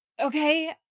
Okay